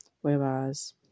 Whereas